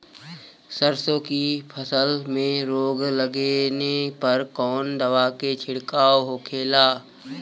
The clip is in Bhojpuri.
सरसों की फसल में रोग लगने पर कौन दवा के छिड़काव होखेला?